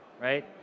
right